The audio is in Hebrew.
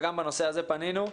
וגם בנושא הזה פנינו.